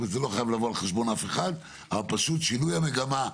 זה לא חייב לבוא על חשבון אף אחד אבל פשוט שינוי המגמה,